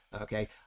okay